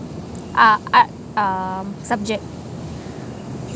uh art um subject